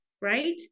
right